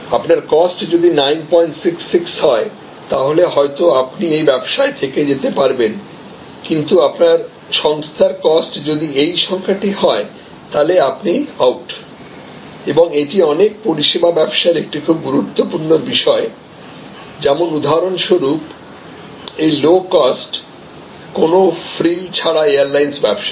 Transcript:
আপনার কস্ট যদি 966 হয় তাহলে হয়তো আপনি এই ব্যবসায় থেকে যেতে পারবেন কিন্তু আপনার সংস্থার কস্ট যদি এই সংখ্যাটি হয় তাহলে আপনি আউট এবং এটি অনেক পরিষেবা ব্যবসায়ের একটি খুব গুরুত্বপূর্ণ বিষয় যেমন উদাহরণস্বরূপ এই লো কস্ট কোন ফ্রিল ছাড়া এয়ারলাইন্স ব্যবসা